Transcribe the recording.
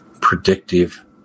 predictive